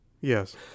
Yes